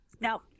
now